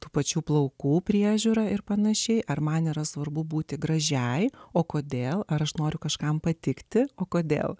tų pačių plaukų priežiūra ir pan ar man nėra svarbu būti gražiai o kodėl aš noriu kažkam patikti o kodėl